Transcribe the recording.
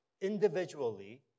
individually